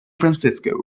francisco